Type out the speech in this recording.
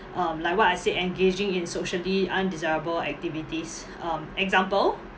um like what I say engaging in socially undesirable activities um example